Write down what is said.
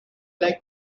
like